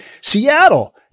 seattle